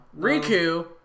Riku